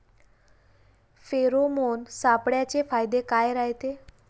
Pheromone सापळ्याचे फायदे काय रायते?